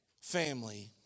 family